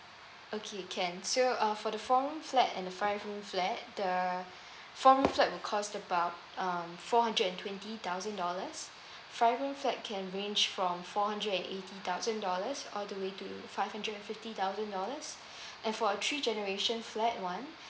okay can so uh for the four room flat and the five room flat the four room flat would cost about uh four hundred and twenty thousand dollars five room flat can range from four hundred and eighty thousand dollars all the way to five hundred and fifty thousand dollars and for a three generations flat one